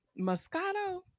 Moscato